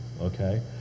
okay